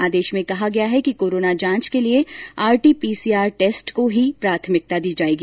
आदेश में कहा गया है कि कोरोना जांच के लिए आरटीपीसीआर टेस्ट को ही प्राथमिकता दी जाएगी